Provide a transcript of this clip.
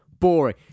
Boring